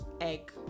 egg